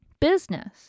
Business